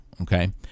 okay